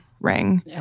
ring